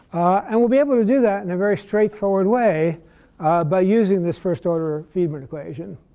and we'll be able to do that in a very straightforward way by using this first order friedmann equation.